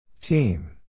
Team